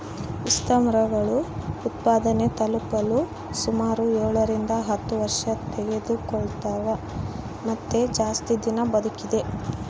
ಪಿಸ್ತಾಮರಗಳು ಉತ್ಪಾದನೆ ತಲುಪಲು ಸುಮಾರು ಏಳರಿಂದ ಹತ್ತು ವರ್ಷತೆಗೆದುಕೊಳ್ತವ ಮತ್ತೆ ಜಾಸ್ತಿ ದಿನ ಬದುಕಿದೆ